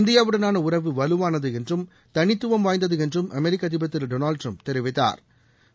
இந்தியாவுடனான உறவு வலுவானது என்றும் தனித்துவம் வாய்ந்தது என்றும் அமெரிக்க அதிபர் திரு டொனால்டு டிரம்ப் தெரிவித்தாா்